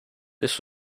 this